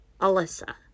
Alyssa